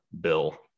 bill